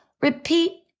Repeat